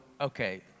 okay